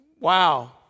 Wow